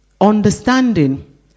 understanding